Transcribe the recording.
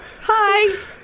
hi